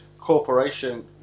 corporation